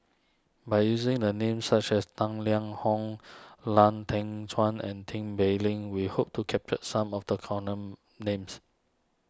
by using my names such as Tang Liang Hong Lau Teng Chuan and Tin Pei Ling we hope to capture some of the come long names